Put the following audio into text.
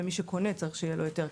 ומי שקונה צריך שיהיה לו היתר.